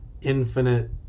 infinite